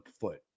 foot